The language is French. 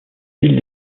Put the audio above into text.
villes